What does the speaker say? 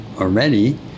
already